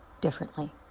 differently